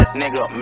nigga